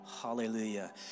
Hallelujah